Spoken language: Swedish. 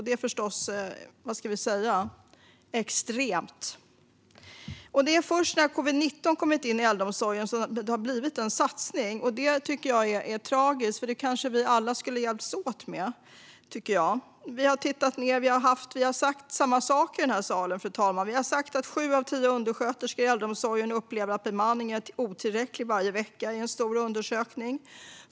Det är förstås extremt. Det är först när covid-19 kommit in i äldreomsorgen som det har blivit en satsning. Det tycker jag är tragiskt. Detta kanske vi alla skulle ha hjälpts åt med, tycker jag. Vi har tittat ned. Vi har sagt samma saker i den här salen, fru talman. Vi har sagt att sju av tio undersköterskor i äldreomsorgen enligt en stor undersökning upplever att bemanningen är otillräcklig varje vecka.